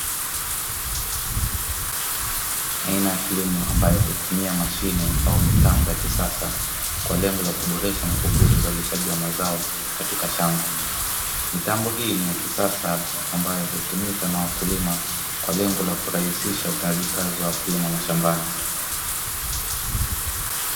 Shamba kubwa la nyanya ambalo lina nyanya nzuri za kupendeza zikiwa tayari kwa kuvunwa kwa ajili ya kupeleka katika masoko. Nyanya hizo zinavutia, udongo wake ni laini na tefuteu, na majani makavu yakiwa chini kwa ajili ya kuwezesha hizo nyanya ziweze kuwa nzuri zaidi.